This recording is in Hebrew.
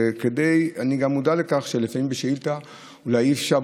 אני מודע לכך שלפעמים בשאילתה אי-אפשר,